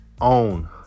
own